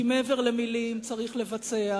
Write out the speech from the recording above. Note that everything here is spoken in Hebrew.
כי מעבר למלים צריך לבצע,